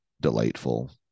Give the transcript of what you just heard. delightful